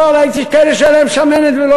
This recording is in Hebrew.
לא דיברתי על "ריב".